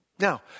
Now